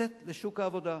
לצאת לשוק העבודה,